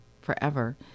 forever